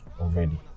already